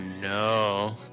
no